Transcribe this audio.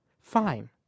Fine